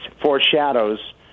foreshadows